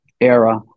era